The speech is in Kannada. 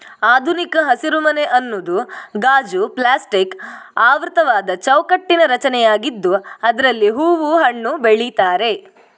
ಆಧುನಿಕ ಹಸಿರುಮನೆ ಅನ್ನುದು ಗಾಜು, ಪ್ಲಾಸ್ಟಿಕ್ ಆವೃತವಾದ ಚೌಕಟ್ಟಿನ ರಚನೆಯಾಗಿದ್ದು ಇದ್ರಲ್ಲಿ ಹೂವು, ಹಣ್ಣು ಬೆಳೀತಾರೆ